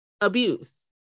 abuse